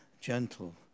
gentle